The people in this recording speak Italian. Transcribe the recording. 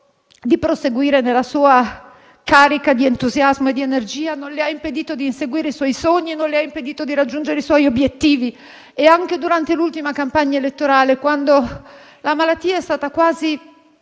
di proseguire nella sua carica di entusiasmo e di energia, di inseguire i suoi sogni e di raggiungere i suoi obiettivi. Anche durante l'ultima campagna elettorale, quando la malattia è stata quasi